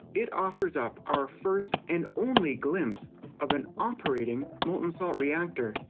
it offers up our first and only glimpse of an operating molten-salt reactor.